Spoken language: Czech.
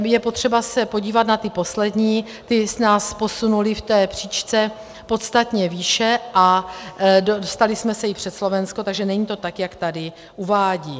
Je potřeba se podívat na ty poslední, ty nás posunuly v té příčce podstatně výše a dostali jsme se i před Slovensko, takže to není tak, jak tady uvádí.